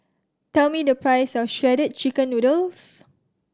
tell me the price of Shredded Chicken Noodles